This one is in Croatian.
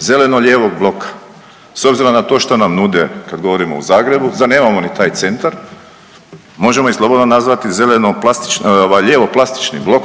zeleno-lijevog bloka. S obzirom na to što nam nude kad govorimo o Zagrebu da nemamo ni taj centar možemo ih slobodno zeleno plastična ovaj lijevo plastični blok.